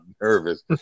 nervous